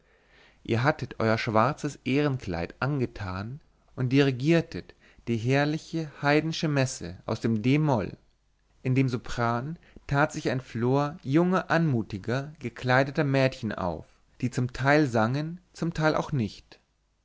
ihr hattet euer schwarzes ehrenkleid angetan und dirigiertet die herrliche haydnsche messe aus dem d moll in dem sopran tat sich ein flor junger anmutig gekleideter mädchen auf die zum teil sangen zum teil auch nicht